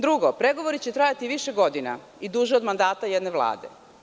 Drugo, pregovori će trajati više godina, i duže od mandata jedne vlade.